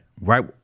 right